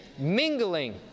Mingling